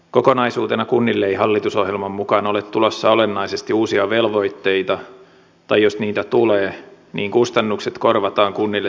kokonaisuutena kunnille ei hallitusohjelman mukaan ole tulossa olennaisesti uusia velvoitteita tai jos niitä tulee niin kustannukset korvataan kunnille täysimääräisesti